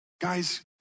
Guys